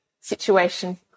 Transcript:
situation